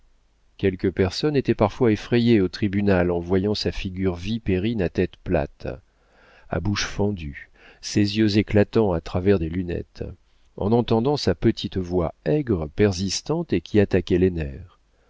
quelques personnes étaient parfois effrayées au tribunal en voyant sa figure vipérine à tête plate à bouche fendue ses yeux éclatants à travers des lunettes en entendant sa petite voix aigre persistante et qui attaquait les nerfs